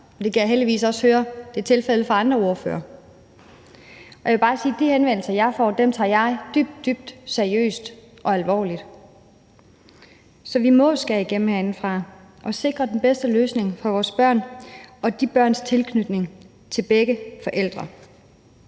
det kan jeg heldigvis også høre er tilfældet for andre ordførere, og jeg vil bare sige, at de henvendelser, jeg får, tager jeg dybt, dybt seriøst og alvorligt. Så vi må jo skære igennem herindefra og sikre den bedste løsning for vores børn og de børns tilknytning til begge forældre.